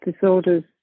disorders